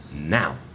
now